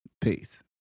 Peace